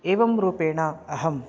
एवं रूपेण अहं